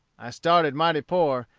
i started mighty poor,